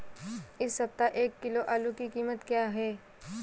इस सप्ताह एक किलो आलू की कीमत क्या है?